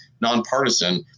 nonpartisan